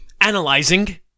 analyzing